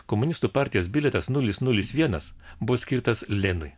komunistų partijos bilietas nulis nulis vienas buvo skirtas leninui